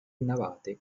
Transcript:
navate